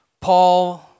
Paul